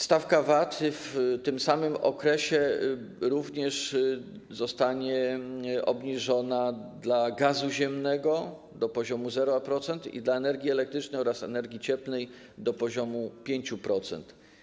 Stawka VAT w tym samym okresie zostanie również obniżona dla gazu ziemnego do poziomu 0% i dla energii elektrycznej oraz energii cieplnej do poziomu 5%.